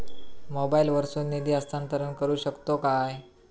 मोबाईला वर्सून निधी हस्तांतरण करू शकतो काय?